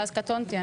ואז קטונתי,